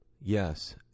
Yes